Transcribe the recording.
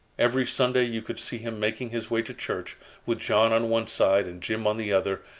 every sunday you could see him making his way to church with john on one side and jim on the other,